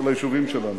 של היישובים שלנו,